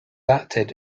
acted